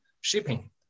shipping